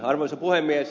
arvoisa puhemies